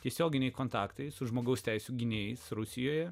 tiesioginiai kontaktai su žmogaus teisių gynėjais rusijoje